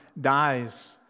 dies